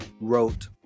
wrote